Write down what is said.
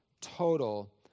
total